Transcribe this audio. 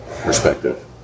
perspective